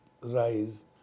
rise